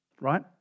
right